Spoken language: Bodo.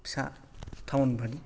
फिसा थाउन बादि